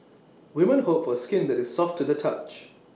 women hope for skin that is soft to the touch